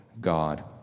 God